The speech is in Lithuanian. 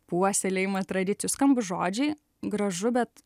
puoselėjimą tradicijų skambūs žodžiai gražu bet